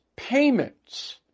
Payments